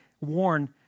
warn